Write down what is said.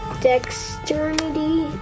Dexterity